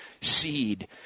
seed